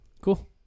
cool